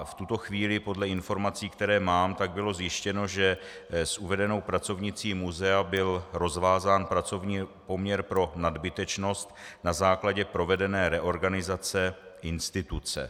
V tuto chvíli podle informací, které mám, bylo zjištěno, že s uvedenou pracovnicí muzea byl rozvázán pracovní poměr pro nadbytečnost na základě provedené reorganizace instituce.